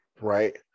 Right